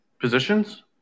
positions